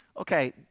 Okay